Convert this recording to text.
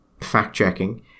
fact-checking